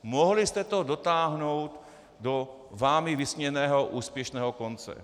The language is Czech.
Mohli jste to dotáhnout do vámi vysněného úspěšného konce.